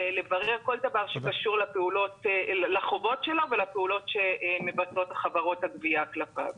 לברר כל דבר שקשור לחובות שלו ולפעולות שמבצעות חברות הגבייה כלפיו.